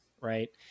right